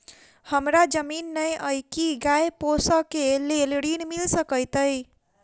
हमरा जमीन नै अई की गाय पोसअ केँ लेल ऋण मिल सकैत अई?